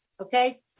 okay